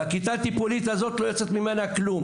מהכיתה הטיפולית הזאת לא יוצא כלום.